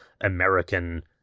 American